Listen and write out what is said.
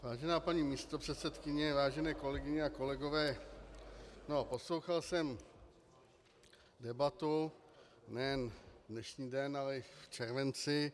Vážená paní místopředsedkyně, vážené kolegyně a kolegové, poslouchal jsem debatu nejen dnešní den, ale i v červenci.